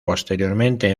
posteriormente